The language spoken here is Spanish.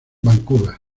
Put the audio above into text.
vancouver